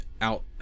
out